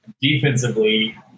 Defensively